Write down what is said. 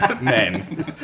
men